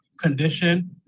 condition